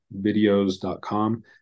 videos.com